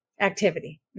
activity